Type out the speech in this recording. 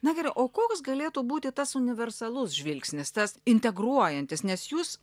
na gerai o koks galėtų būti tas universalus žvilgsnis tas integruojantis nes jūs